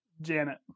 Janet